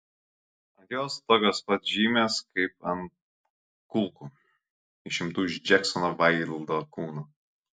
ant jos tokios pat žymės kaip ant kulkų išimtų iš džeksono vaildo kūno